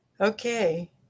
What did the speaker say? Okay